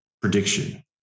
prediction